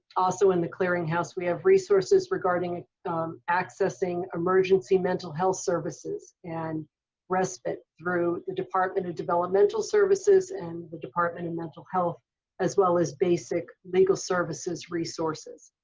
also in the clearinghouse we have resources regarding accessing emergency mental health services and respite through the department of developmental services and the department of and mental health as well as basic legal services resources.